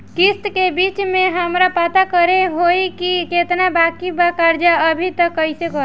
किश्त के बीच मे हमरा पता करे होई की केतना बाकी बा कर्जा अभी त कइसे करम?